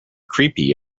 creepy